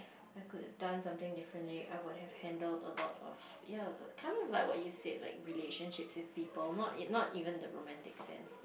I could have done something differently I would have handled a lot of ya kind of like what you said like relationships with people not even~ not even the romantic sense